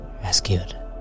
Rescued